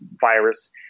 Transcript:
virus